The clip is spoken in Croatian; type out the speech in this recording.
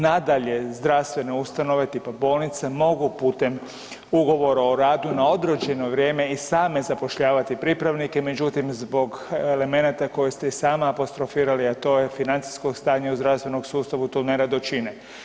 Nadalje, zdravstvene ustanove, tipa bolnice, mogu putem ugovora o radu na određene vrijeme i same zapošljavati pripravnike, međutim, zbog elemenata koje ste i sama apostrofirali, a to je financijsko stanje u zdravstvenom sustavu, to nerado čine.